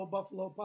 Buffalo